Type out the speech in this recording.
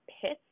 pits